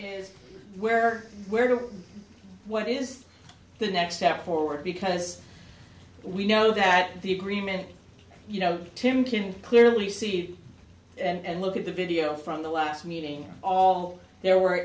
is where where to what is the next step forward because we know that the agreement you know tim can clearly see and look at the video from the last meeting all there were